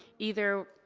either,